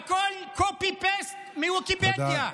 והכול קופי-פייסט מוויקיפדיה.